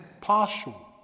partial